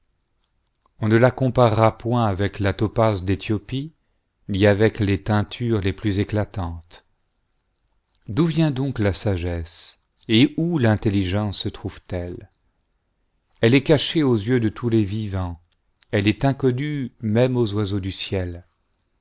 on ne la comparera point avec la topaze d'ethiopie ni avec les teintures les plus éclatantes d'où vient donc la sagesse et où l'intelligence se trouve telle elle est cachée aux yeux de tous les vivants elle est inconnue même aux oiseaux du ciel